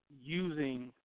using